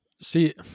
See